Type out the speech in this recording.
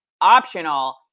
optional